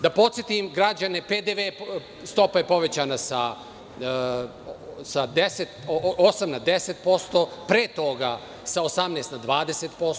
Da podsetim građane PDV stopa je povećana sa 8% na 10%, pre toga sa 18% na 20%